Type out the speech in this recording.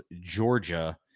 Georgia